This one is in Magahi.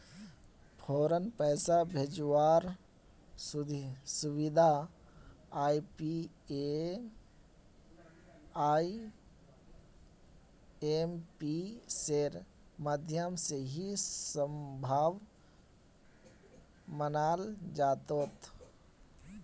फौरन पैसा भेजवार सुबिधा आईएमपीएसेर माध्यम से ही सम्भब मनाल जातोक